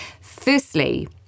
Firstly